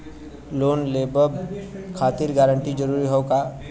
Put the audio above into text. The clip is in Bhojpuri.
लोन लेवब खातिर गारंटर जरूरी हाउ का?